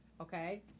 Okay